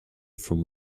from